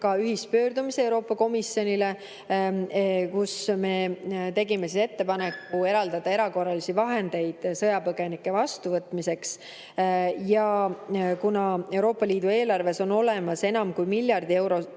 ka ühispöördumise Euroopa Komisjonile, kus me tegime ettepaneku eraldada erakorralisi vahendeid sõjapõgenike vastuvõtmiseks. Kuna Euroopa Liidu eelarves on olemas enam kui miljardi euro